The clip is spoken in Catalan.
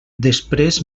després